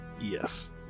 yes